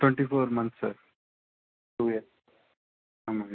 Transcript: twenty four months sir two years ஆமாங்க sir